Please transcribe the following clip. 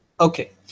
Okay